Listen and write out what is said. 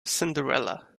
cinderella